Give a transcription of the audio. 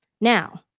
Now